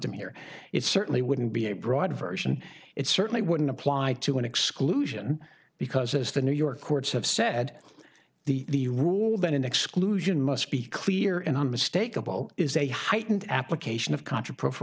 anthem here it certainly wouldn't be a broad version it certainly wouldn't apply to an exclusion because as the new york courts have said the rule then an exclusion must be clear and unmistakable is a heightened application of contra profer